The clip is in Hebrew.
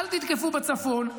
אל תתקפו בצפון,